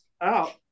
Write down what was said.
out